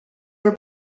were